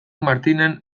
martinen